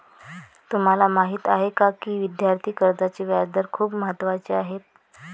तुम्हाला माहीत आहे का की विद्यार्थी कर्जाचे व्याजदर खूप महत्त्वाचे आहेत?